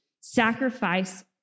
sacrifice